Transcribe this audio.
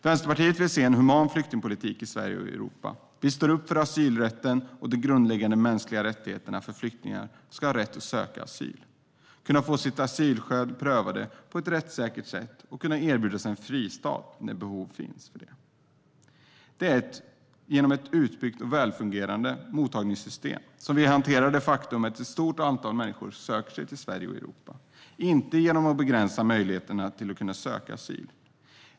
Vänsterpartiet vill se en human flyktingpolitik i Sverige och Europa. Vi står upp för asylrätten, den grundläggande mänskliga rättigheten att flyktingar ska ha rätt att söka asyl, kunna få sina asylskäl prövade på ett rättssäkert sätt och erbjudas en fristad när det finns behov av det. Det är genom ett utbyggt och välfungerande mottagningssystem som vi hanterar det faktum att ett stort antal människor söker sig till Sverige och Europa, inte genom att begränsa möjligheterna att kunna söka asyl.